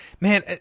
man